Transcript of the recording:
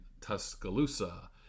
Tuscaloosa